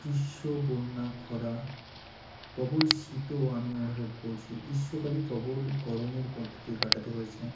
গ্রীষ্ম বন্যা খরা প্রবল শীতও আমি অনুভব করেছি গ্রীষ্মকালে প্রবল গরমের মধ্যে দিয়ে কাটাতে হয়েছে